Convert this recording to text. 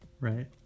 Right